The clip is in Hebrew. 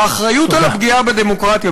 האחריות לפגיעה בדמוקרטיה,